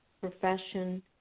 profession